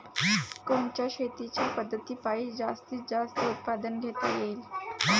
कोनच्या शेतीच्या पद्धतीपायी जास्तीत जास्त उत्पादन घेता येईल?